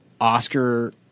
Oscar